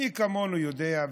מי כמונו יודע,